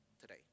today